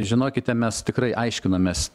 žinokite mes tikrai aiškinomės